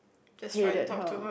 hated her